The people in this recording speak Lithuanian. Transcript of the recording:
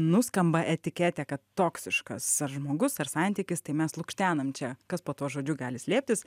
nuskamba etiketė kad toksiškas ar žmogus ar santykis tai mes lukštenam čia kas po tuo žodžiu gali slėptis